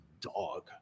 dog